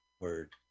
Word